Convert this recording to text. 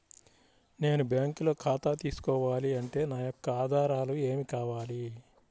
నేను బ్యాంకులో ఖాతా తీసుకోవాలి అంటే నా యొక్క ఆధారాలు ఏమి కావాలి?